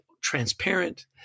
transparent